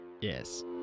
yes